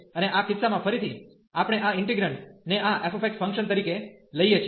અને આ કિસ્સામાં ફરીથી આપણેઆ ઇન્ટિગ્રેન્ડ ને આ f ફંક્શન તરીકે લઈએ છીએ